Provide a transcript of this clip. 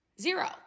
Zero